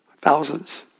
thousands